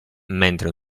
mentre